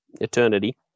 eternity